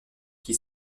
qui